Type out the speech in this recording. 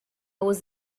was